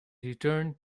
returned